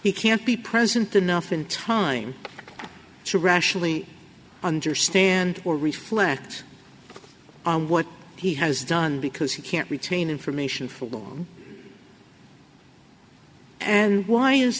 he can't be present enough in time to rationally understand or reflect on what he has done because he can't retain information for long and why is